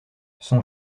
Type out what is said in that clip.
son